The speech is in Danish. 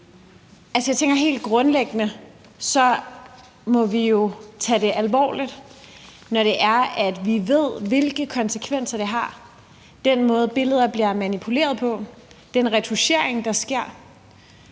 Altså, jeg tænker, at vi jo helt grundlæggende må tage det alvorligt, når vi ved, hvilke konsekvenser det har, altså den måde, som billeder bliver manipuleret på, og den retouchering, der sker.